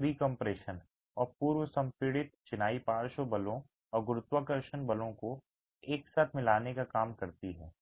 precompression और पूर्व संपीड़ित चिनाई पार्श्व बलों और गुरुत्वाकर्षण बलों को एक साथ मिलाने का काम करती है